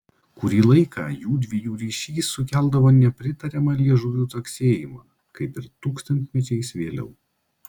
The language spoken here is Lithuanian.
kurį laiką jųdviejų ryšys sukeldavo nepritariamą liežuvių caksėjimą kaip ir tūkstantmečiais vėliau